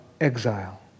exile